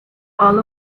all